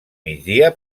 migdia